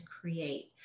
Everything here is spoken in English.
create